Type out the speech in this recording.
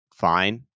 Fine